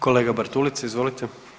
Kolega Bartulica, izvolite.